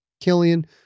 Killian